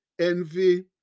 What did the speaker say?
envy